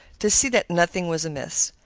to see that nothing was amiss.